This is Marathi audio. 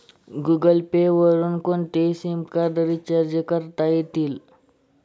गुगलपे वरुन कोणतेही सिमकार्ड रिचार्ज करता येईल